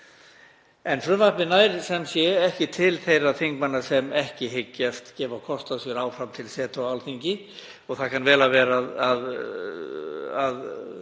En frumvarpið nær ekki til þeirra þingmanna sem ekki hyggjast gefa kost á sér áfram til setu á Alþingi. Það kann vel að vera að